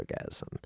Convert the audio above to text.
orgasm